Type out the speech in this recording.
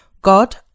God